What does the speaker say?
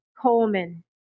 Coleman